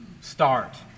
start